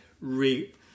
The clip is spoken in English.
re